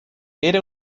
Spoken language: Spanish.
era